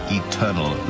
eternal